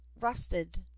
rusted